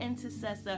intercessor